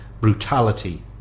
brutality